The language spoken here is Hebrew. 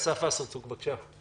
אסף וסרצוג, בבקשה.